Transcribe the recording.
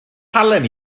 halen